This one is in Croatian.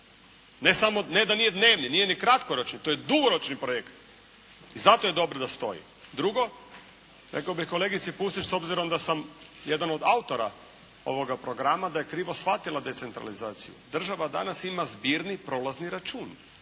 da nije dnevni, nije ni kratkoročni. To je dugoročni projekt. I zato je dobro da stoji. Drugo. Rekao bih kolegici Pusić s obzirom da sam jedan od autora ovoga programa da je krivo shvatila decentralizaciju. Država danas ima zbrini prolazni račun.